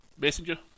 Messenger